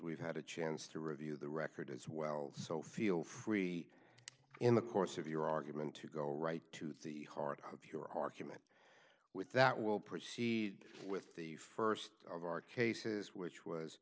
we've had a chance to review the record as well so feel free in the course of your argument to go right to the heart of your argument with that we'll proceed with the st of our cases which was